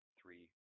three